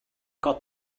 got